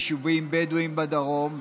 יישובים בדואיים בדרום,